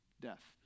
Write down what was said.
death